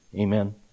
Amen